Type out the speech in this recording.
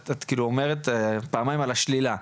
את כאילו אומרת פעמיים על השלילה.